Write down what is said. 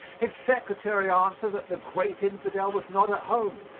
his secretary answered that the great infidel was not at home,